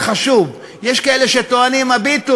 חברת הכנסת סתיו שפיר, מוותרת,